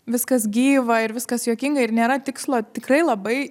viskas gyva ir viskas juokinga ir nėra tikslo tikrai labai